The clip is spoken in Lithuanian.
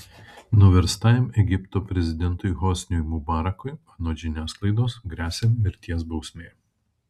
nuverstajam egipto prezidentui hosniui mubarakui anot žiniasklaidos gresia mirties bausmė